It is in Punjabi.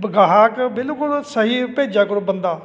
ਬ ਗਾਹਕ ਬਿਲਕੁਲ ਸਹੀ ਭੇਜਿਆ ਕਰੋ ਬੰਦਾ